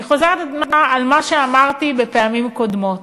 אני חוזרת על מה שאמרתי בפעמים קודמות: